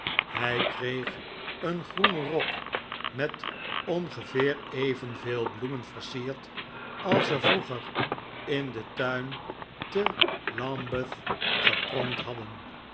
hlj kreeg een groenen rok met ongeveer evenveel bloemen versierd als er vroeger in den turn te lambeth gepronkt hadden